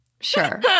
sure